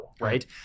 right